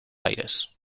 aires